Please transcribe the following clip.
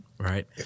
Right